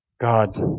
God